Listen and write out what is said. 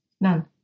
None